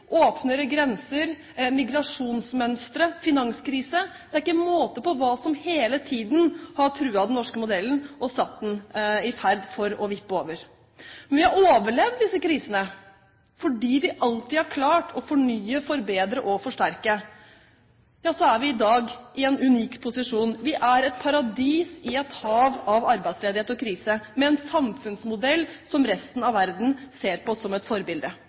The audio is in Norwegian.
åpnere grenser, migrasjonsmønstre, finanskrise – det er ikke måte på hva som hele tiden har truet den norske modellen, og satt den i fare for å vippe over. Men vi har overlevd disse krisene fordi vi alltid har klart å fornye, forbedre og forsterke. Ja, så er vi i dag i en unik posisjon. Vi er et paradis i et hav av arbeidsledighet og krise, med en samfunnsmodell som resten av verden ser på som et forbilde.